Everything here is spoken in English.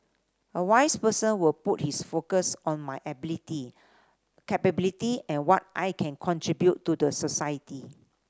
a wise person will put his focus on my ability capability and what I can contribute to the society